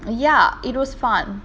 ya it was fun